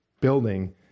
building